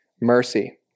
mercy